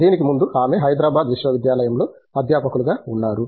దీనికి ముందు ఆమె హైదరాబాద్ విశ్వవిద్యాలయంలో అధ్యాపకులుగా ఉన్నారు